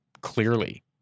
clearly